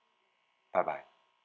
bye bye